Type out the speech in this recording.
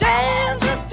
Danger